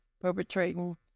perpetrating